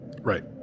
Right